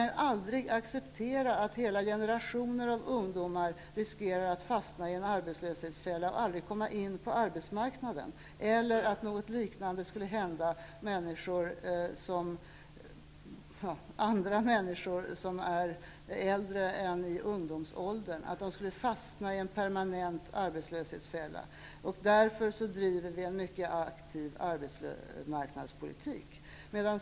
Vi kan aldrig acceptera att hela generationer av ungdomar riskerar att fastna i en arbetslöshetsfälla och att aldrig komma in på arbetsmarknaden, inte heller att något liknande skulle hända människor som inte längre är i ungdomsåldern. Därför driver vi en mycket aktiv arbetsmarknadspolitik.